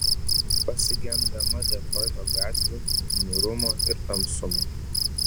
pasigendama detroito gatvių niūrumo ir tamsumo